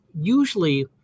usually